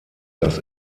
das